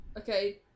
Okay